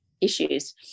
issues